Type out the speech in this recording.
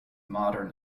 modern